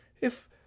If